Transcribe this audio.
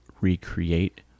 recreate